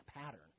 pattern